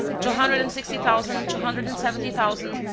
two hundred and sixty thousand. two hundred and seventy thousand.